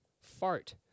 fart